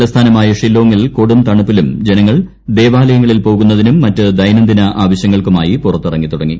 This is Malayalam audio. തലസ്ഥാനമായ ഷില്ലോങ്ങിൽ കൊടുംതണുപ്പിലും ജനങ്ങൾ ദേവാലയങ്ങളിൽ പോകുന്നതിനും മറ്റ് ദൈനംദിന ആവശ്യങ്ങൾക്കുമായി പുറത്ത് ഇറങ്ങിത്തുടങ്ങി